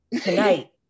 tonight